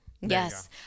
yes